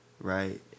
right